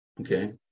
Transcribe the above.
Okay